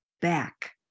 back